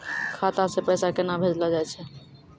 खाता से पैसा केना भेजलो जाय छै?